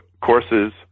courses